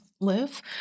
live